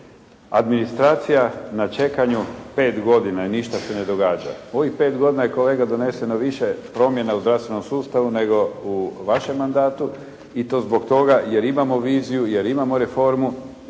Administracija na čekanju 5 godina i ništa se ne događa. U ovih 5 godina je kolega doneseno više promjena u zdravstvenom sustavu nego u vašem mandatu i to zbog toga jer imamo viziju, jer imamo reformu